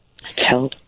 Tell